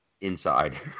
inside